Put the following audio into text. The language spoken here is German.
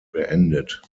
beendet